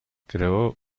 creó